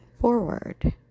forward